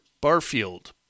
Barfield